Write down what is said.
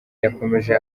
yakomeje